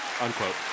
Unquote